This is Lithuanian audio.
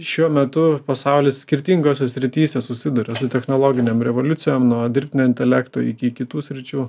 šiuo metu pasaulis skirtingose srityse susiduria su technologinėm revoliucijom nuo dirbtinio intelekto iki kitų sričių